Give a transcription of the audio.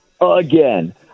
again